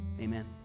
Amen